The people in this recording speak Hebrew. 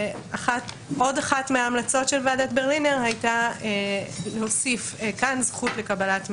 עוד אחת מההמלצות של ועדת ברלינר הייתה להוסיף כאן זכות לקבלת מידע.